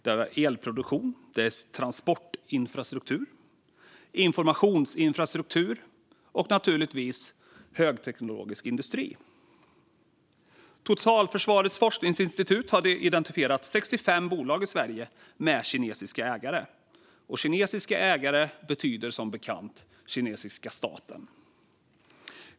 Det har gällt elproduktion, transportinfrastruktur, informationsinfrastruktur och naturligtvis högteknologisk industri. Totalförsvarets forskningsinstitut har identifierat 65 bolag i Sverige med kinesiska ägare, och kinesiska ägare betyder som bekant kinesiska staten.